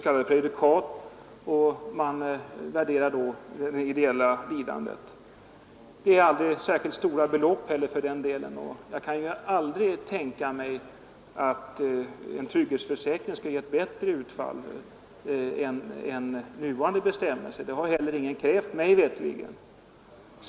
Man utgår när man värderar det ideella lidandet från prejudikat. Det är för resten heller aldrig fråga om stora belopp. Jag kan absolut inte tänka mig att en trygghetsförsäkring skulle ge ett bättre utfall än nuvarande bestämmelser ger. Det har mig veterligt heller ingen krävt.